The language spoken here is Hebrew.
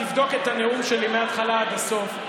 תבדוק את הנאום שלי מהתחלה עד הסוף.